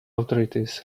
authorities